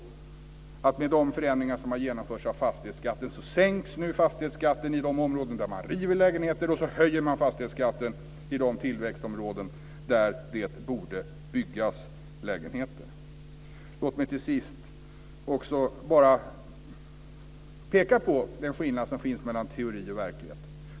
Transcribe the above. I och med de förändringar som har genomförts av fastighetsskatten sänks nu fastighetsskatten i de områden där man river lägenheter, och så höjs fastighetsskatten i de tillväxtområden där det borde byggas lägenheter. Låt mig till sist bara peka på den skillnad som finns mellan teori och verklighet.